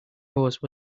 hose